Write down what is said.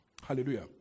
Hallelujah